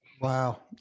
Wow